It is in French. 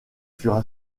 furent